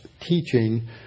teaching